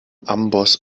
amboss